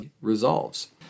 resolves